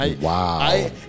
Wow